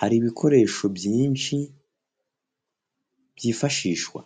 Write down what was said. hari ibikoresho byinshi byifashishwa.